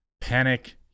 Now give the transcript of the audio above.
panic